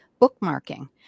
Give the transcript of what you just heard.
bookmarking